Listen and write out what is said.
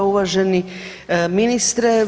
Uvaženi ministre.